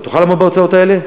אתה תוכל לעמוד בהוצאות האלה?